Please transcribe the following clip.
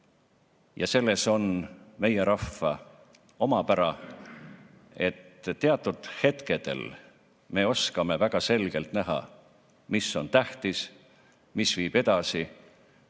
Selles on meie rahva omapära, et teatud hetkedel me oskame väga selgelt näha, mis on tähtis, mis viib edasi